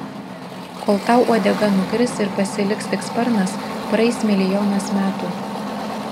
kol tau uodega nukris ir pasiliks tik sparnas praeis milijonas metų